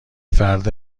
فرد